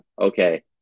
okay